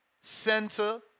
Center